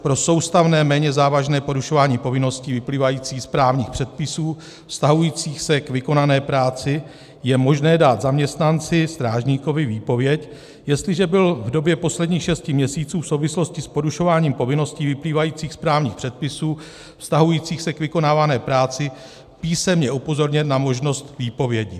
Pro soustavné méně závažné porušování povinností vyplývajících z právních předpisů vztahujících se k vykonané práci je možné dát zaměstnanci, strážníkovi, výpověď, jestliže byl v době posledních šesti měsíců v souvislosti s porušováním povinností vyplývajících z právních předpisů vztahujících se k vykonávané práci písemně upozorněn na možnost výpovědi;